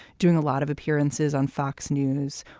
doing a lot of appearances on fox news.